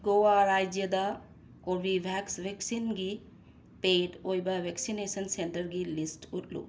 ꯒꯣꯋꯥ ꯔꯥꯏꯖ꯭ꯌꯗ ꯀꯣꯔꯕꯤꯚꯦꯛꯁ ꯋꯦꯛꯁꯤꯟꯒꯤ ꯄꯦꯠ ꯑꯣꯏꯕ ꯕꯦꯛꯁꯤꯅꯦꯁꯟ ꯁꯦꯟꯇꯔꯒꯤ ꯂꯤꯁꯠ ꯎꯠꯂꯨ